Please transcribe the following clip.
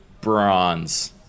Bronze